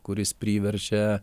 kuris priverčia